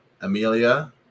Amelia